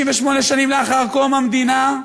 68 שנים לאחר קום המדינה,